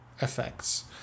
effects